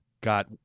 got